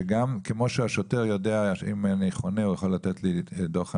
כמו שהשוטר יודע לתת דוח חניה,